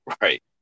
right